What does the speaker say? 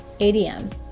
ADM